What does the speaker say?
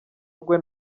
rwe